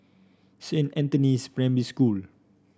Saint Anthony's Primary School